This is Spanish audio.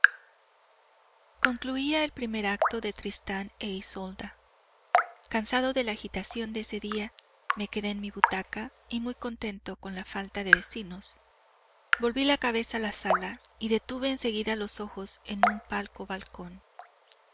isolda concluía el primer acto de tristán e isolda cansado de la agitación de ese día me quedé en mi butaca muy contento con la falta de vecinos volví la cabeza a la sala y detuve en seguida los ojos en un palco balcón